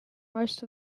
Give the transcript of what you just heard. most